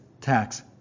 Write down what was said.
tax